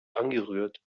angerührt